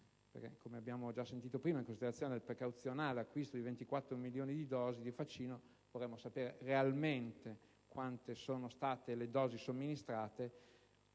Come abbiamo già sentito prima, in considerazione del precauzionale acquisto di 24 milioni di dosi di vaccino, vorremmo sapere quante sono state le dosi realmente